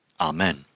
Amen